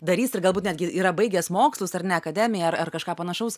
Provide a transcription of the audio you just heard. darys ir galbūt netgi yra baigęs mokslus ar ne akademiją ar ar kažką panašaus